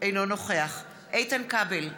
אינו נוכח איתן כבל,